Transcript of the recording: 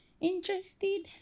interested